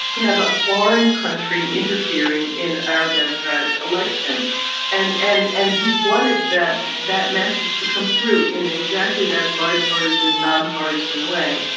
to have a foreign country interfering in our democratic. and and and he wanted that. that message to come through in exactly that bipartisan, nonpartisan way.